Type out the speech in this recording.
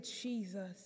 Jesus